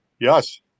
Yes